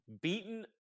beaten